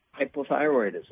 hypothyroidism